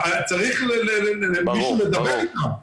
מישהו צריך לדבר איתם.